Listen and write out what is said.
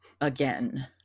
again